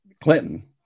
Clinton